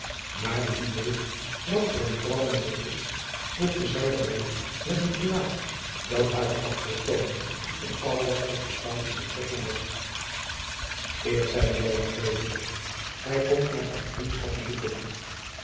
maar wie weet wat voor een vrouwmensch het is voegde zij er bij met een gelaat dat haren afkeer toonde van al wat tot de spaanschen betrekking had geert zeide joan wrevelig gij komt mij uit vriendschap bezoeken